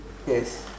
yes